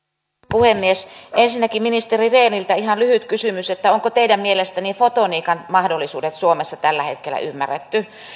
puhemies ensinnäkin ministeri rehnille ihan lyhyt kysymys onko teidän mielestänne fotoniikan mahdollisuudet suomessa tällä hetkellä ymmärretty